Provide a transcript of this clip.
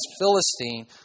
Philistine